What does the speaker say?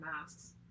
masks